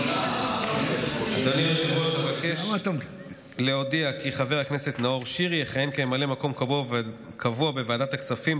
לדחות את מועד הבחירות הכלליות ברשויות המקומיות ליום י"ח באדר התשפ"ד,